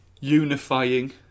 unifying